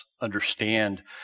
understand